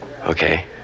Okay